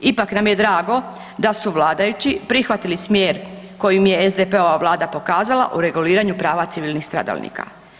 Ipak nam je drago da su vladajući prihvatili smjer kojim je SDP-ova Vlada pokazala u reguliranju prava civilnih stradalnika.